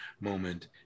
moment